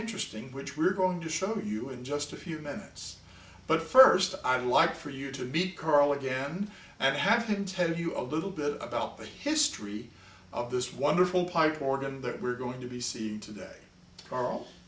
interesting which we're going to show you in just a few minutes but first i'd like for you to be carl again and have him tell you a little bit about the history of this wonderful pipe organ that we're going to be seeing today karl